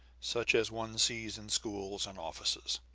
such as one sees in schools and offices